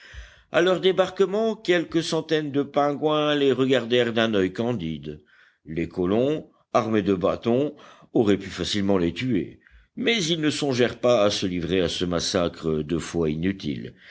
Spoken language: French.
leur débarquement quelques centaines de pingouins les regardèrent d'un oeil candide les colons armés de bâtons auraient pu facilement les tuer mais ils ne songèrent pas à se livrer à ce massacre deux fois inutile